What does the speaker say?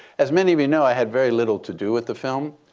as many of you know, i had very little to do with the film.